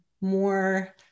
more